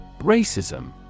Racism